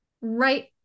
Right